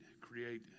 create